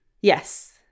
Yes